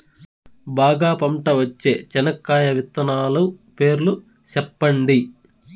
బాగా పంట వచ్చే చెనక్కాయ విత్తనాలు పేర్లు సెప్పండి?